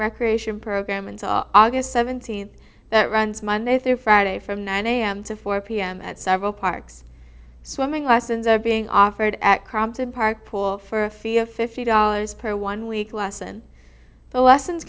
recreation program and aug seventeenth that runs monday through friday from nine am to four pm at several parks swimming lessons are being offered at crompton park pool for a fee of fifty dollars per one week lesson the lessons